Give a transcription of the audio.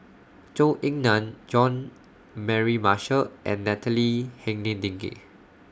Zhou Ying NAN Jean Mary Marshall and Natalie Hennedige